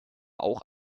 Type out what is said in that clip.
auch